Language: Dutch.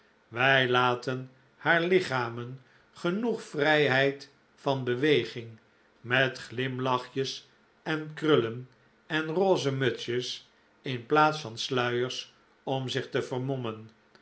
wij laten haar lichamen genoeg vrijheid van beweging met glimlachjes en krullen en roze mutsjes in plaats van sluiers om zich te vermommen